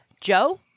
Joe